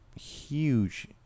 huge